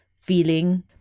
feeling